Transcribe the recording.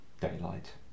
Daylight